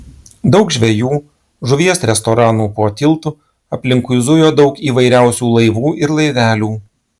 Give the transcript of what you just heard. daug žvejų žuvies restoranų po tiltu aplinkui zujo daug įvairiausių laivų ir laivelių